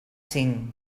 cinc